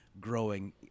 growing